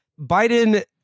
Biden